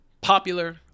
Popular